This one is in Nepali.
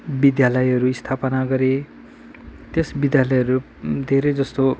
विद्यालयहरू स्थापना गरे त्यस विद्यालयहरू धेरै जस्तो